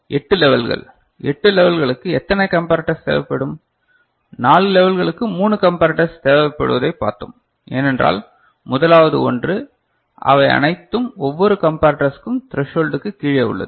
எனவே 8 லெவல்கள் 8 லெவல்களுக்கு எத்தனை கம்பரட்டர்ஸ் தேவைப்படும் 4 லெவல்களுக்கு 3 கம்பரட்டர்ஸ் தேவைப்படுவதைப் பார்த்தோம் ஏனென்றால் முதலாவது ஒன்று அவை அனைத்தும் ஒவ்வொரு கம்பரட்டர்சுக்கும் த்ரசோல்டுக்கு கீழே உள்ளது